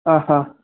ஹான் ஹான்